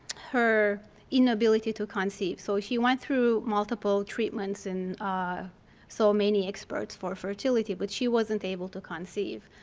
her inability to conceive. so she went through multiple treatments and so many experts for fertility, but she wasn't able to conceive.